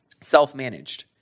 self-managed